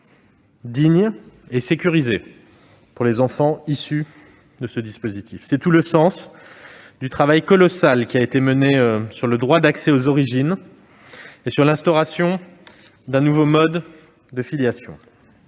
dignes et sécurisées pour les enfants issus de ce dispositif. C'est tout le sens du travail colossal qui a été mené sur le droit d'accès aux origines et sur l'instauration d'un nouveau mode de filiation.